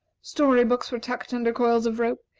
story books were tucked under coils of rope,